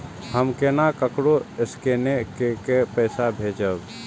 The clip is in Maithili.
हम केना ककरो स्केने कैके पैसा भेजब?